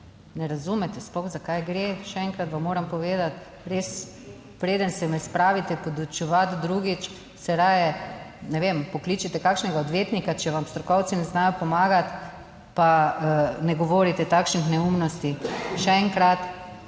ne razumete sploh, za kaj gre. Še enkrat vam moram povedati, res, preden se me spravite podučevati, drugič se raje, ne vem, pokličete kakšnega odvetnika, če vam strokovci ne znajo pomagati, pa ne govorite takšnih neumnosti. Še enkrat,